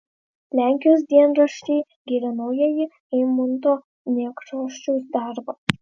lenkijos dienraščiai giria naująjį eimunto nekrošiaus darbą